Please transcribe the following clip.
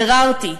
ביררתי,